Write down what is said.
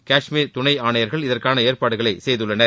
காஷ்மீரின் துணை ஆணையர்கள் இதற்கான ஏற்பாடுகளை செய்துள்ளனர்